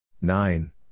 Nine